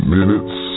Minutes